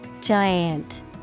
Giant